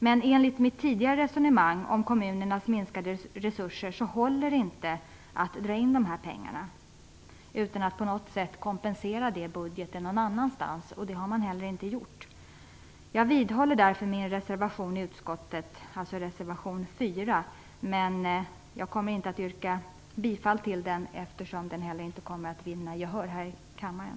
Men enligt mitt tidigare resonemang om kommunernas minskade resurser håller det inte att dra in dessa pengar utan att på något sätt kompensera detta någon annanstans i budgeten. Men det har man inte gjort. Jag vidhåller därför min reservation 4 i utskottet. Men jag yrkar inte bifall till den, eftersom den inte kommer att vinna gehör här i kammaren.